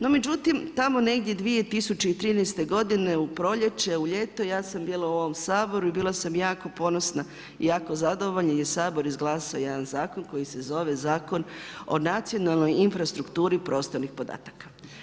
No međutim, tamo negdje 2013. godine u proljeće, u ljeto, ja sam bila u ovom Saboru i bila sam jako ponosna i jako zadovoljna jer je Sabor izglasao jedan zakon koji se zove Zakon o nacionalnoj infrastrukturi prostornih podataka.